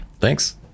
Thanks